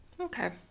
Okay